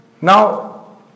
Now